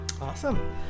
Awesome